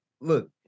look